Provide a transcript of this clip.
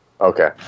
Okay